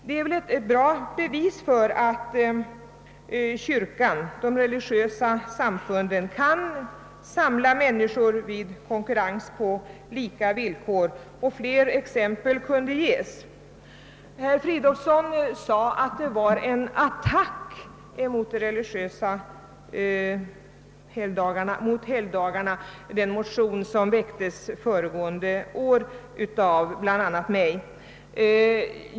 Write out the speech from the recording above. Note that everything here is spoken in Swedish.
Det är väl ett bra bevis för att de religiösa samfunden kan samla människor vid konkur rens på lika villkor, och fler exempel kunde nämnas. Herr Fridolfsson i Stockholm sade att den motion som väcktes föregående år av bl.a. mig var en attack mot de religiösa helgdagarna.